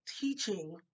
teaching